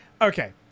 Okay